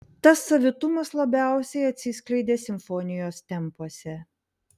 tas savitumas labiausiai atsiskleidė simfonijos tempuose